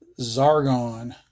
Zargon